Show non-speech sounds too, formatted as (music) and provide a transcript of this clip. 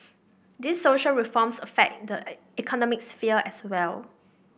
these social reforms affect (unintelligible) economic sphere as well